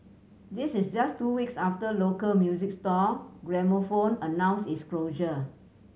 this is just two weeks after local music store Gramophone announced its closure